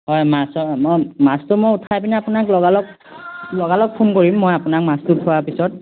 হয় মাছৰ মই মাছটো মই উঠাই পিনে আপোনাক লগালগ লগালগ ফোন কৰিম মই আপোনাক মাছটো উঠোৱাৰ পিছত